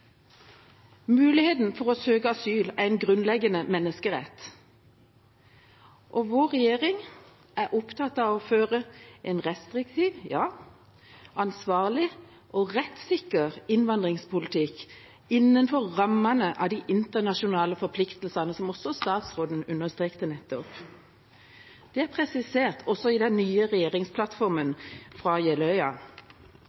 Muligheten for å søke asyl er en grunnleggende menneskerett. Vår regjering er opptatt av å føre en restriktiv – ja – ansvarlig og rettssikker innvandringspolitikk innenfor rammene av de internasjonale forpliktelsene, som også statsråden understreket nettopp. Det er presisert også i den nye regjeringsplattformen